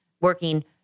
working